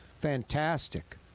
fantastic